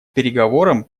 переговорам